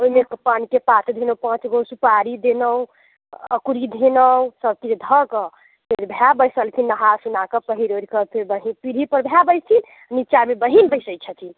जाहिमे पानके पात देलहुँ पाँच गो सुपारी देलहुँ अकुरी धयलहुँ सब चीज धऽ कऽ फेर भाय बैसैत छथिन नहा सुना कऽ पहिर ओढ़ि कऽ पीढ़ी पर भाय बैसथिन नीचाँमे बहिन बैसैत छथिन